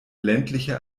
ländliche